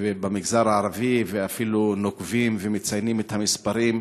במגזר הערבי, ואפילו מציינים את המספרים,